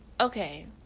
Okay